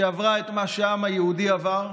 שעברה את מה שהעם היהודי עבר,